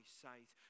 sight